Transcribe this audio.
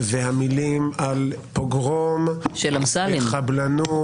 והמילים על פוגרום וחבלנות --- של אמסלם.